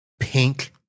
pink